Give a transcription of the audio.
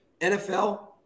NFL